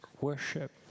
worship